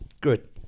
Good